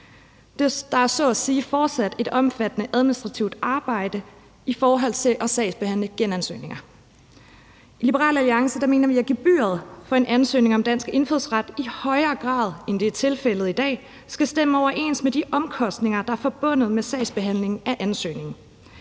Der er så at sige fortsat et omfattende administrativt arbejde i forhold til at sagsbehandle genansøgninger. I Liberal Alliance mener vi, at gebyret for en ansøgning om dansk indfødsret i højere grad, end det er tilfældet i dag, skal stemme overens med de omkostninger, der er forbundet med sagsbehandlingen af ansøgningen.